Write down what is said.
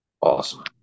Awesome